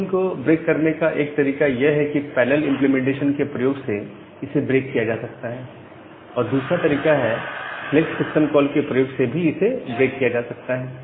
blocking को break करने का एक तरीका यह है कि पैरेलल इंप्लीमेंटेशन के प्रयोग से इसे ब्रेक किया जा सकता है और दूसरा तरीका है सिलेक्ट सिस्टम कॉल के प्रयोग से भी इसे ब्रेक किया जा सकता है